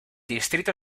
distrito